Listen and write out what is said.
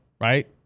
right